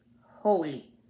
holy